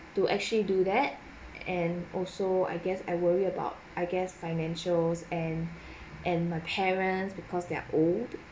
to actually do that and also I guess I worry about I guess financials and and my parents because they're old